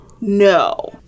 No